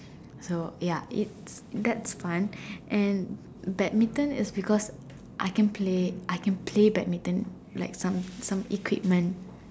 so ya its thats fun and badminton is because I can play I can play badminton like some some equipment